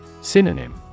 Synonym